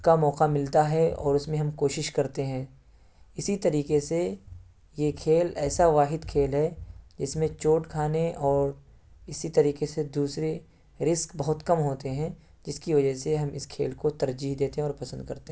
کا موقع ملتا ہے اور اس میں ہم کوشش کرتے ہیں اسی طریقے سے یہ کھیل ایسا واحد کھیل ہے جس میں چوٹ کھانے اور اسی طریکے سے دوسرے رسک بہت کم ہوتے ہیں جس کی وجہ سے ہم اس کھیل کو ترجیح دیتے ہیں اور پسند کرتے ہیں